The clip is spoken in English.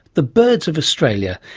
the birds of australia,